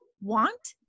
want